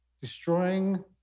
destroying